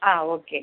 ആ ഓക്കെ